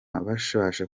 babasha